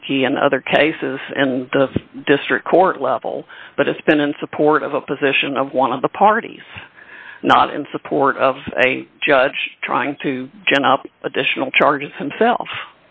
making other cases in the district court level but it's been in support of a position of one of the parties not in support of a judge trying to gin up additional charges himself